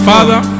Father